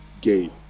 gate